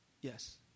Yes